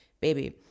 baby